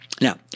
Now